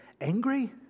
angry